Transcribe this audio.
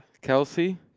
Kelsey